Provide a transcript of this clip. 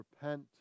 repent